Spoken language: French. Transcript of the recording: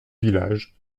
village